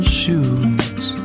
shoes